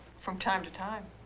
from time to time.